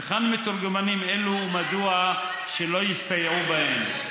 היכן מתורגמנים אלו ומדוע שלא יסתייעו בהם?